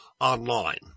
online